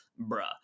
bruh